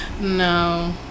No